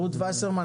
רות וסרמן,